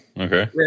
Okay